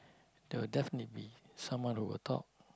they'll definitely be someone who will talk